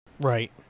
Right